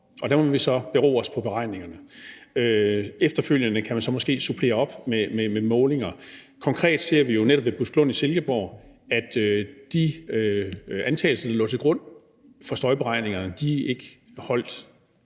og det må så bero på beregningerne. Efterfølgende kan man så måske supplere op med målinger. Konkret ser vi jo netop ved Buskelund i Silkeborg, at de antagelser, der lå til grund for støjberegningerne, ikke holdt,